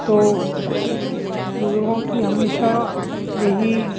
تو بزرگوں کی ہمیشہ یہی